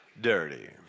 dirty